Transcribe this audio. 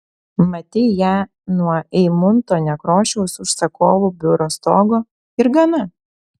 matei ją nuo eimunto nekrošiaus užsakovų biuro stogo ir gana